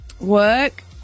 Work